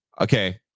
okay